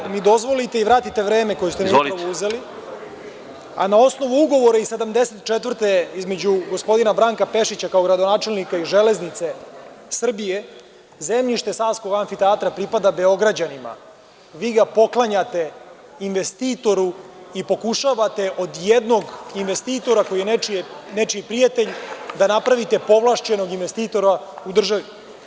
Ako mi dozvolite i vratite vreme, a na osnovu ugovora iz 1974. godine između gospodina Branka Pešića, kao gradonačelnika, i „Železnice Srbije“ zemljište Savskog amfiteatra pripada Beograđanima, a vi ga poklanjate investitoru i pokušavate od jednog investitora, koji je nečiji prijatelj, da napravite povlašćenog investitora u državi.